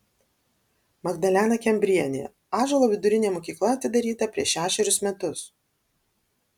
magdalena kembrienė ąžuolo vidurinė mokykla atidaryta prieš šešerius metus